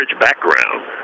background